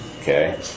okay